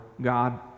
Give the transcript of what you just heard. God